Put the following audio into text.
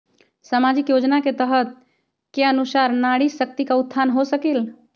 सामाजिक योजना के तहत के अनुशार नारी शकति का उत्थान हो सकील?